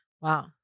Wow